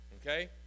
Okay